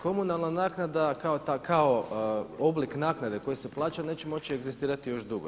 Komunalna naknada kao oblik naknade koji se plaća neće moći egzistirati još dugo.